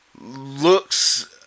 looks